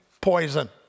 poison